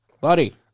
Buddy